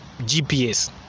GPS